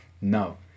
no